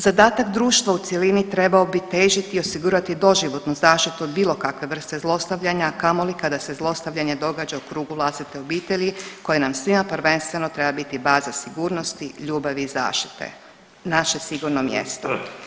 Zadatak društva u cjelini trebao bi težiti i osigurati doživotnu zaštitu od bilo kakve vrste zlostavljanja a kamoli kada se zlostavljanje događa u krugu vlastite obitelji koja nam svima prvenstveno treba biti baza sigurnosti, ljubavi i zaštite, naše sigurno mjesto.